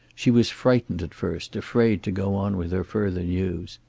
she was frightened at first, afraid to go on with her further news.